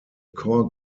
core